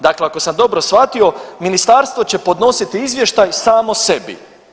Dakle, ako sam dobro shvatio ministarstvo će podnositi izvještaj samo sebi.